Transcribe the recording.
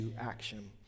action